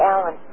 Alan